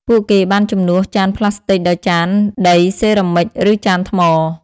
ពួកគេបានជំនួសចានប្លាស្ទិកដោយចានដីសេរ៉ាមិច ឬចានថ្ម។